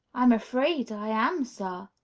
i'm afraid, i am, sir,